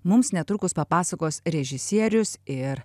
mums netrukus papasakos režisierius ir